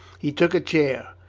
he took a chair,